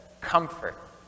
comfort